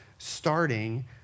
starting